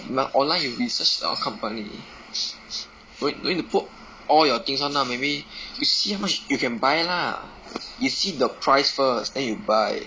you must online you research our company no need no need to put all your things [one] lah maybe you see how much you can buy lah you see the price first then you buy